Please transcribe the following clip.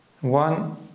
one